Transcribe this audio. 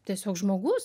tiesiog žmogus